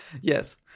yes